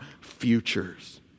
futures